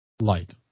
Light